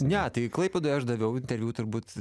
ne tai klaipėdoj aš daviau interviu turbūt